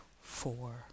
four